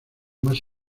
más